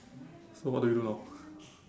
so what do we do now